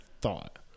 thought